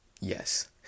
yes